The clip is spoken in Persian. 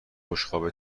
بشقاب